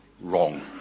wrong